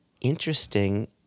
interesting